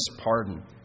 pardon